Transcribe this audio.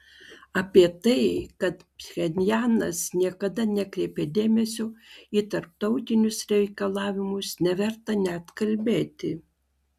apie tai kad pchenjanas niekada nekreipė dėmesio į tarptautinius reikalavimus neverta net kalbėti